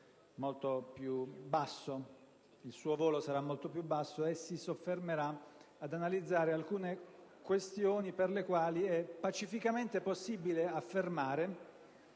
hanno preceduto. Il mio volerà molto più basso e si soffermerà ad analizzare alcune questioni per le quali è pacificamente possibile affermare